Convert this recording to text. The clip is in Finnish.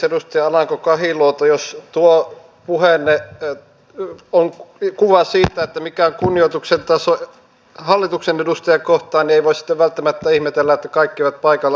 edustaja alanko kahiluoto jos tuo puheenne on kuva siitä mikä on kunnioituksen taso hallituksen edustajia kohtaan niin ei voi sitten välttämättä ihmetellä että kaikki eivät paikalla ole